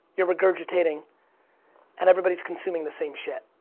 you're regurgitating and everybody is consuming the same shit